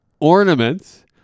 ornaments